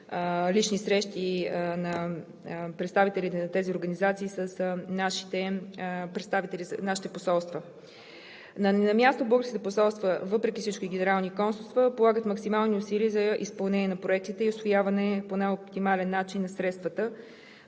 лични срещи на представителите на тези организации с нашите посолства. На място, въпреки всичко, българските посолства и генерални консулства полагат максимални усилия за изпълнение на проектите и усвояване по най-оптимален начин на средствата